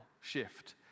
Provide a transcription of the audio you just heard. shift